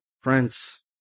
Friends